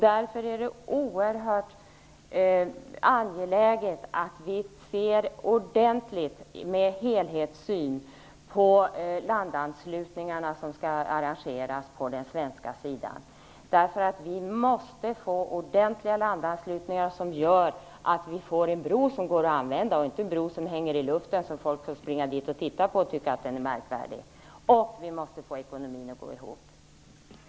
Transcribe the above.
Därför är det oerhört angeläget att vi ser ordentligt och med helhetssyn på de landanslutningar som skall arrangeras på den svenska sidan. Vi måste få ordentliga landanslutningar som gör att vi får en bro som går att använda - inte en bro som hänger i luften och som folk kan springa och titta på och tycka att den är märkvärdig. Vi måste också få ekonomin att gå ihop.